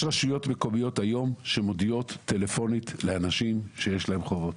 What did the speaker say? יש היום רשויות מקומיות שמודיעות לאנשים טלפונית שיש להם חובות.